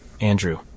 Andrew